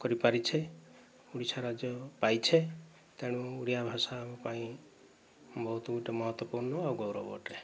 କରିପାରିଛେ ଓଡ଼ିଶା ରାଜ୍ୟ ପାଇଛେ ତେଣୁ ଓଡ଼ିଆ ଭାଷା ପାଇଁ ବହୁତ ଗୋଟିଏ ମହତ୍ୱପୂର୍ଣ୍ଣ ଆଉ ଗୌରବ ଅଟେ